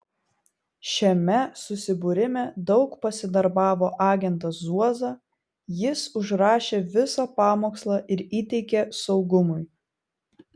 šiame susibūrime daug pasidarbavo agentas zuoza jis užrašė visą pamokslą ir įteikė saugumui